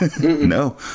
No